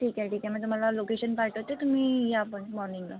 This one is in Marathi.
ठीक आहे ठीक आहे मी तुम्हाला लोकेशन पाठवते तुम्ही या पण मॉर्निंगला